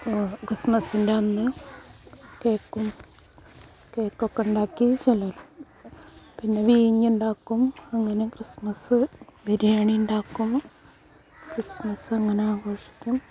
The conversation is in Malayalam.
ക്രിസ്മസിൻ്റെ അന്ന് കേക്കും കേക്കൊക്കെ ഉണ്ടാക്കി പിന്നെ വീഞ്ഞുണ്ടാക്കും അങ്ങനെ ക്രിസ്മസ് ബിരിയാണി ഉണ്ടാക്കും ക്രിസ്മസ് അങ്ങനെ ആഘോഷിക്കും